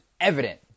evident